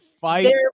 fight